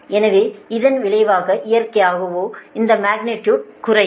எனவே இதன் விளைவாக இயற்கையாகவே இந்த மக்னிடியுடு குறையும்